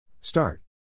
Start